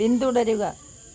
പിന്തുടരുക